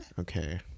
Okay